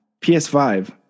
PS5